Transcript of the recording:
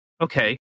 Okay